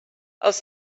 els